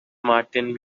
martin